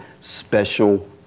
special